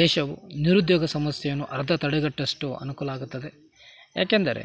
ದೇಶವು ನಿರುದ್ಯೋಗ ಸಮಸ್ಯೆಯನ್ನು ಅರ್ಧ ತಡೆಗಟ್ಟಷ್ಟು ಅನುಕೂಲ ಆಗುತ್ತದೆ ಯಾಕೆಂದರೆ